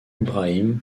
ibrahim